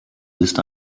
ist